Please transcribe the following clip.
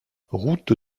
route